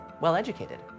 well-educated